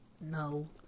No